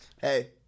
Hey